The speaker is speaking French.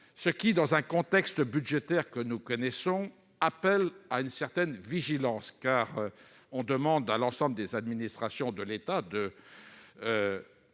ce qui, dans le contexte budgétaire que nous connaissons, appelle à une certaine vigilance. On demande à l'ensemble des administrations de l'État de